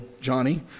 Johnny